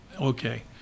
Okay